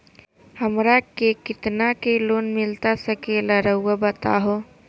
हमरा के कितना के लोन मिलता सके ला रायुआ बताहो?